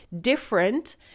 different